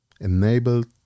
enabled